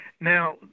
Now